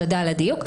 תודה על הדיוק.